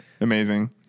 Amazing